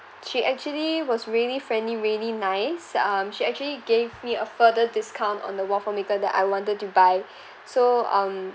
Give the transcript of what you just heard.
she actually was really friendly really nice um she actually gave me a further discount on the waffle maker that I wanted to buy so um